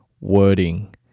wording